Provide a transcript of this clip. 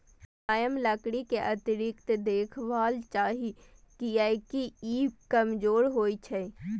मुलायम लकड़ी कें अतिरिक्त देखभाल चाही, कियैकि ई कमजोर होइ छै